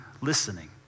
listening